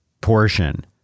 portion